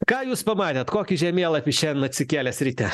ką jūs pamatėt kokį žemėlapį šiandien atsikėlęs ryte